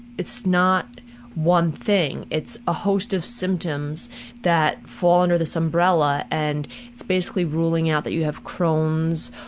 it's not one thing it's a host of symptoms that fall under this umbrella and it's basically ruling out that you have crohn's,